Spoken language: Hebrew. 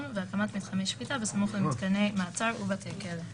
והקמת מתחמי שפיטה בסמוך למתקני מעצר ובתי כלא".